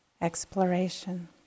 exploration